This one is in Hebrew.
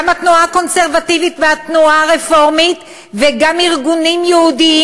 גם התנועה הקונסרבטיבית והתנועה הרפורמית וגם ארגונים יהודיים,